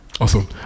Awesome